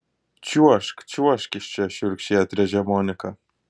čiuožk čiuožk iš čia šiurkščiai atrėžė monika